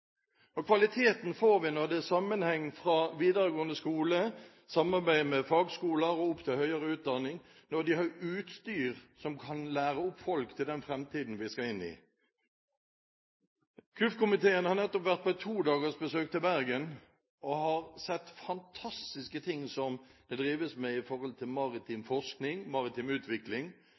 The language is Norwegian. Kvaliteten får vi når det er sammenheng fra videregående skole, samarbeid med fagskoler og opp til høyere utdanning, når de har utstyr som kan lære opp folk til den framtiden vi skal inn i. Kirke-, utdannings- og forskningskomiteen har nettopp vært på et todagers besøk til Bergen og har sett fantastiske ting som det drives med med hensyn til maritim forskning, maritim utvikling.